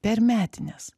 per metines